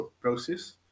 process